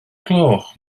gloch